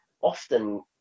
often